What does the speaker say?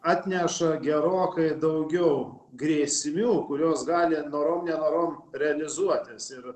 atneša gerokai daugiau grėsmių kurios gali norom nenorom realizuotis ir